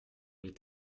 les